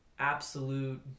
absolute